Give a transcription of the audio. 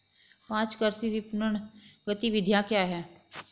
पाँच कृषि विपणन गतिविधियाँ क्या हैं?